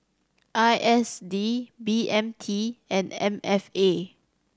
I S D B M T and M F A